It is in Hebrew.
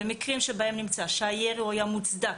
במקרים שבהם נמצא שהירי היה מוצדק,